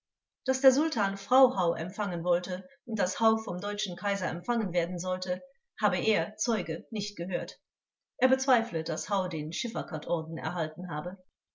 daß der sultan frau hau empfangen wollte und daß hau vom deutschen kaiser empfangen werden sollte habe er zeuge nicht gehört er bezweifle daß hau den schifferkat orden erhalten habe